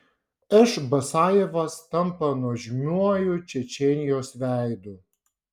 š basajevas tampa nuožmiuoju čečėnijos veidu